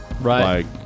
Right